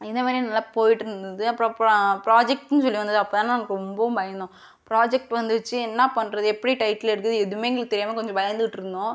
இந்த மாதிரி நல்லா போயிட்டு இருந்தது அப்போது அப்போது ப்ராஜெக்ட்டுனு சொல்லி வந்தது அப்போது தான் ரொம்ப பயந்தோம் ப்ராஜெக்ட் வந்துச்சு என்ன பண்றது எப்படி டைட்டில் எடுக்கறது எதுவுமே எங்களுக்கு தெரியாமல் கொஞ்சம் பயந்துட்டுருந்தோம்